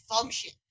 function